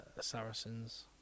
Saracens